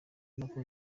nako